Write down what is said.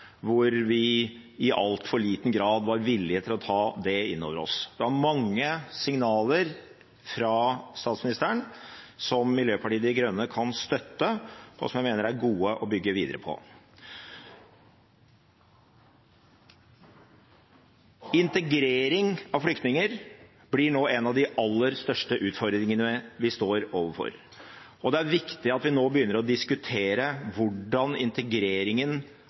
hvor vi i altfor liten grad var villig til å ta det inn over oss. Det var mange signaler fra statsministeren som Miljøpartiet De Grønne kan støtte, og som jeg mener er gode å bygge videre på. Integrering av flyktninger blir nå en av de aller største utfordringene vi står overfor. Det er viktig at vi nå begynner å diskutere hvordan integreringen